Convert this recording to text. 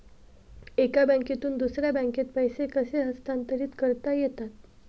एका बँकेतून दुसऱ्या बँकेत पैसे कसे हस्तांतरित करता येतात?